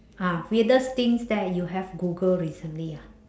ah weirdest things that you have google recently ah